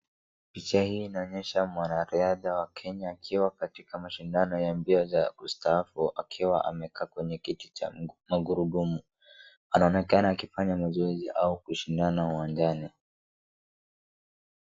Picha hii inaonyesha mwanariadha wa Kenya akiwa katika mashindano ya mbio za kustaafu akiwa amekaa kwenye kiti cha magurudumu. Anaonekana akifanya mazoezi au kushindana uwanjani.